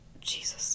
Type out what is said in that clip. Jesus